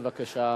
בבקשה.